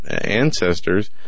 ancestors